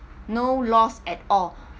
no loss at all